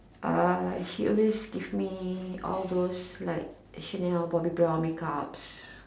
uh she always give me all those like Chanel Bobby brown make ups